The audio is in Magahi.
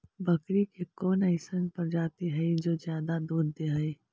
बकरी के कौन अइसन प्रजाति हई जो ज्यादा दूध दे हई?